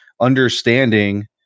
understanding